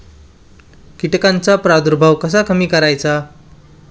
कीटकांचा प्रादुर्भाव कसा कमी करायचा?